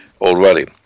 already